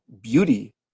beauty